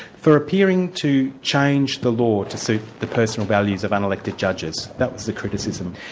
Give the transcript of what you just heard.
for appearing to change the law to suit the personal values of unelected judges. that was the criticism.